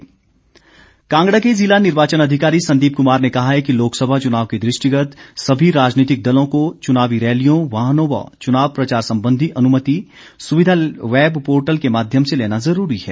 चुनाव कांगड़ा कांगड़ा के जिला निर्वाचन अधिकारी संदीप कुमार ने कहा है कि लोकसभा चुनाव के दृष्टिगत सभी राजनितिक दलों को चुनावी रैलियों वाहनों व चुनाव प्रचार संबधी अनुमति सुविधा वैब पोर्टल के माध्यम से लेना जरूरी है